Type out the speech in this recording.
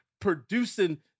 producing